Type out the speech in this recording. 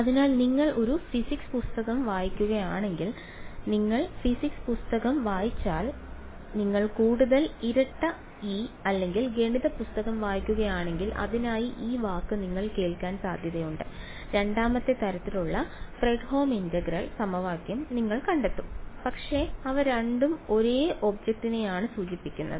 അതിനാൽ നിങ്ങൾ ഒരു ഫിസിക്സ് പുസ്തകങ്ങൾ വായിക്കുകയാണെങ്കിൽ നിങ്ങൾ ഫിസിക്സ് പുസ്തകം വായിക്കുകയാണെങ്കിൽ നിങ്ങൾ കൂടുതൽ ഇരട്ട E അല്ലെങ്കിൽ ഗണിത പുസ്തകം വായിക്കുകയാണെങ്കിൽ അതിനായി ഈ വാക്ക് നിങ്ങൾ കേൾക്കാൻ സാധ്യതയുണ്ട് രണ്ടാമത്തെ തരത്തിലുള്ള ഫ്രെഡ്ഹോം ഇന്റഗ്രൽ സമവാക്യം നിങ്ങൾ കണ്ടെത്തും പക്ഷേ അവ രണ്ടും ഒരേ ഒബ്ജക്റ്റിനെയാണ് സൂചിപ്പിക്കുന്നത്